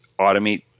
automate